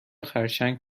خرچنگ